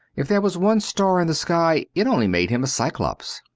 if there was one star in the sky it only made him a cyclops.